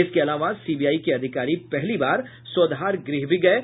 इसके अलावा सीबीआई के अधिकारी पहली बार स्वधार गृह भी गये